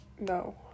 no